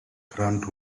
ground